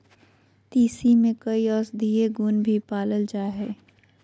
तीसी में कई औषधीय गुण भी पाल जाय हइ